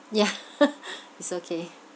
yeah it's okay